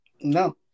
No